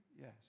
Yes